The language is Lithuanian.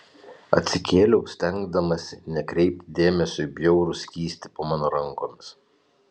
atsikėliau stengdamasi nekreipti dėmesio į bjaurų skystį po mano rankomis